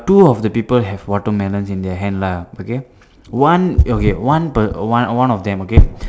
two of the people have watermelons in their hand lah okay one okay one per~ one one of them okay